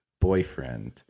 boyfriend